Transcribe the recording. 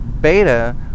Beta